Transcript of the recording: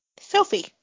Sophie